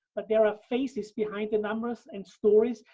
but there are faces behind the numbers and stories,